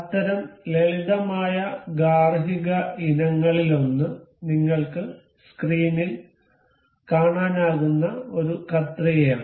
അത്തരം ലളിതമായ ഗാർഹിക ഇനങ്ങളിലൊന്ന് നിങ്ങൾക്ക് സ്ക്രീനിൽ കാണാനാകുന്ന ഒരു കത്രികയാണ്